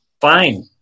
Fine